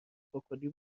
فکلی